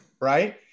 right